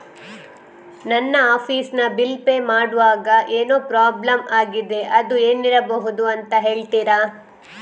ನನ್ನ ಆಫೀಸ್ ನ bill pay ಮಾಡ್ವಾಗ ಏನೋ ಪ್ರಾಬ್ಲಮ್ ಆಗಿದೆ ಅದು ಏನಿರಬಹುದು ಅಂತ ಹೇಳ್ತೀರಾ?